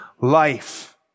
life